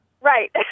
Right